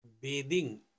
bathing